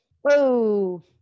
Whoa